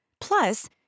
Plus